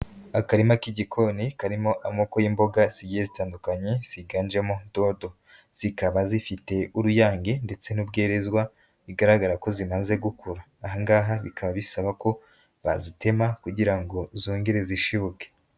Akarima k'igikoni karimo amoko y'imboga zigiye zitandukanye ziganjemo dodo, zikaba zifite uruyange ndetse n'ubwerezwa, bigaragara ko zimaze gukura, aha ngaha bikaba bisaba ko bazitema kugira ngo zongere zishibuke.